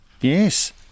Yes